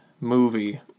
movie